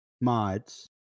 mods